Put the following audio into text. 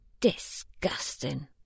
Disgusting